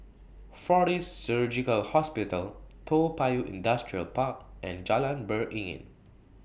Fortis Surgical Hospital Toa Payoh Industrial Park and Jalan Beringin